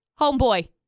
homeboy